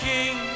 King